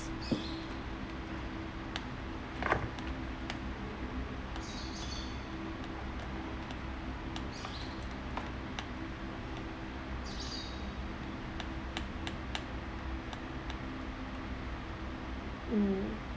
mm